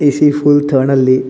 AC full थंड आसली